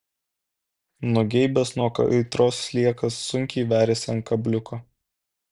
nugeibęs nuo kaitros sliekas sunkiai veriasi ant kabliuko